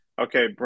okay